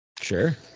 Sure